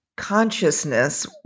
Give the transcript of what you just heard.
consciousness